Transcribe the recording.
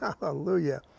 hallelujah